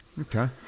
Okay